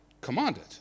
commanded